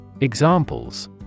Examples